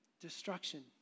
destruction